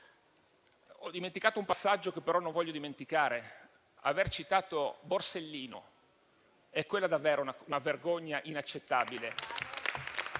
Ho dimenticato un passaggio che, però, non voglio tralasciare: aver citato Borsellino, quella sì, è davvero una vergogna inaccettabile